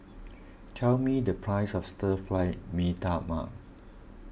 tell me the price of Stir Fry Mee Tai Mak